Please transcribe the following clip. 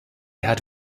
had